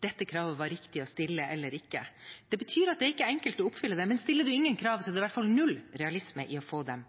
dette kravet var riktig å stille eller ikke. Det betyr at det ikke er enkelt å oppfylle det, men stiller man ingen krav, er det i hvert fall null realisme i å få dem